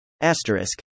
Asterisk